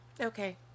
Okay